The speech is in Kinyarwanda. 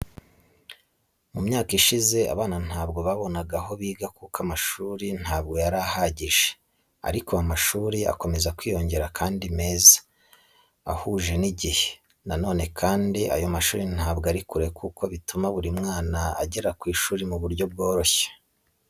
Mu myaka ishize, abana ntabwo babonaga aho biga kuko amashuri ntabwo yari ahagije. Ariko ubu amashuri akomeza kwiyongera kandi meza, ahuje n'igihe. Na none kandi ayo mashuri ntabwo ari kure kuko bituma buri mwana agera ku ishuri mu buryo bworoshye.